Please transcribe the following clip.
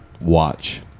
Watch